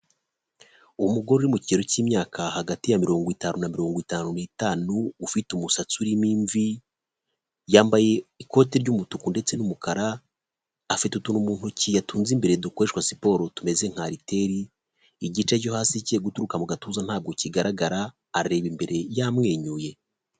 Umugore uri mu kigero cy'imyaka hagati ya mirongo itanu na mirongo itanu n'itanu ufite umusatsi urimo imvi, yambaye ikote ry'umutuku ndetse n'umukara afite utuntu mu ntoki yatunze imbere dukoreshwa siporo tumeze nka ariteri, igice cyo hasi cye guturuka mu gatuza ntabwo kigaragara, areba imbere yamwenyuye.